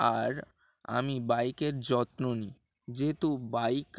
আর আমি বাইকের যত্ন নিই যেহেতু বাইক